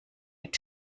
mit